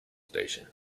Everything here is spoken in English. station